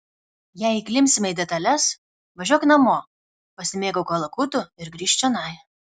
jei įklimpsime į detales važiuok namo pasimėgauk kalakutu ir grįžk čionai